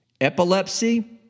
epilepsy